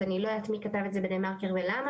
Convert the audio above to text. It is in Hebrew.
אז אני לא יודעת מי כתב את זה בדה מרקר ולמה,